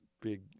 big